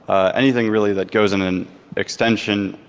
anything really that goes in an extension,